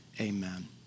amen